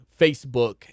Facebook